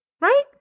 right